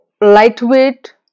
lightweight